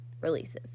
releases